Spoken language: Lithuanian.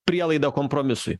prielaida kompromisui